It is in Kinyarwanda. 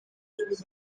ibintu